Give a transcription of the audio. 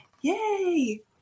Yay